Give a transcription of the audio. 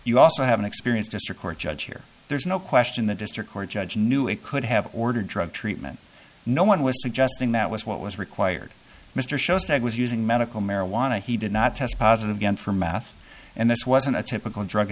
you also have an experienced district court judge here there's no question the district court judge knew it could have ordered drug treatment no one was suggesting that was what was required mr shows that was using medical marijuana he did not test positive again for math and this wasn't a typical drug